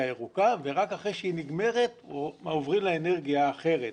הירוקה ורק אחרי שהיא נגמרת עוברים לאנרגיה האחרת.